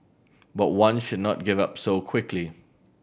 but one should not give up so quickly